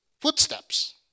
footsteps